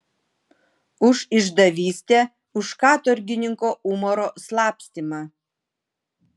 už išdavystę už katorgininko umaro slapstymą